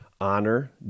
honor